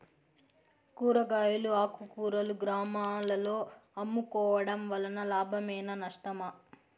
కూరగాయలు ఆకుకూరలు గ్రామాలలో అమ్ముకోవడం వలన లాభమేనా నష్టమా?